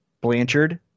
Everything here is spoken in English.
Blanchard